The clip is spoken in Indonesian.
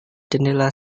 jendela